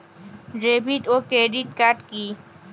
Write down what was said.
David ও credit card কি?